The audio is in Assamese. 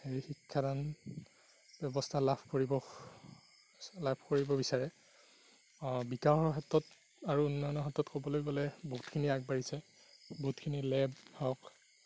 হেৰি শিক্ষাদান ব্যৱস্থা লাভ কৰিব লাভ কৰিব বিচাৰে বিজ্ঞানৰ ক্ষেত্ৰত আৰু উন্নয়নৰ ক্ষেত্ৰত ক'বলৈ গ'লে বহুতখিনি আগবাঢ়িছে বহুতখিনি লেব হওক